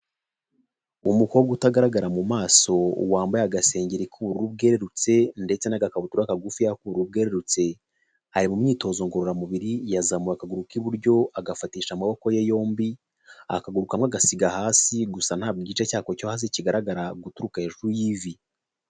Umukobwa utagaragara mu maso wambaye agasengeri k'ubururu bwerutse; ndetse n'agakabutura kagufiya k'ubururu bwerurutse; ari mu myitozo ngororamubiri yazamuka akaguru k'iburyo agafatisha amaboko ye yombi; akaguru kamwe agasiga hasi, gusa ntabwo igice cyako cyo hasi kigaragara, guturuka hejuru y'ivi.